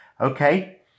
Okay